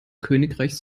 königreichs